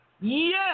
Yes